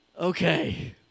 okay